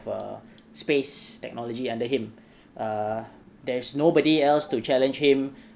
err space technology under him err there's nobody else to challenge him